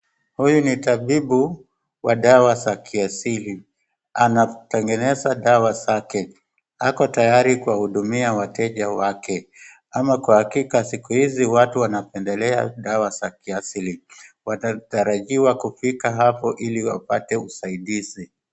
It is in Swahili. Huyu ni tabibu wa dawa za kiasili anatengeneza dawa zake. Ako tayari kuwahudumia wateja wake. Ama kwa hakika siku hizi watu wanapendelea dawa za kiasili. Wanatarajiwa kufika hapo ili wapate usaidizi.